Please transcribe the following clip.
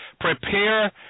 Prepare